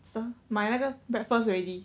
some 买那个 breakfast already